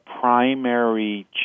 primary